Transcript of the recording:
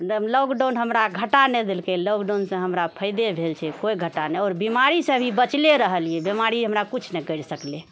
lockdown हमरा घाटा नहि देलकै लॉकडाउनसँ हमरा फायदे भेल छै कोइ घाटा नहि आओर बिमारीसँ भी बाँचले रहलिऐ बिमारी हमरा किछु नहि करि सकलै